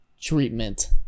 treatment